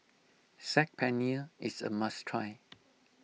Saag Paneer is a must try